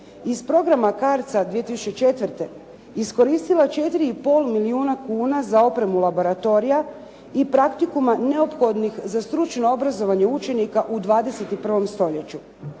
iz programa CARDS-A 2004. iskoristila 4 i pol milijuna kuna za opremu laboratorija i praktikuma neophodnih za stručno obrazovanje učenika u 21. stoljeću.